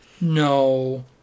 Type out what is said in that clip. No